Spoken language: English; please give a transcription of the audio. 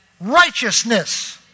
Righteousness